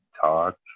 talk